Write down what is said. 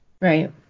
Right